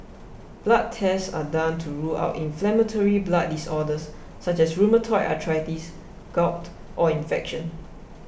blood tests are done to rule out inflammatory blood disorders such as rheumatoid arthritis gout or infection